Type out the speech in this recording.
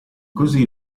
così